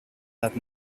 that